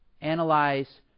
Analyze